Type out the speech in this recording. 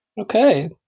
Okay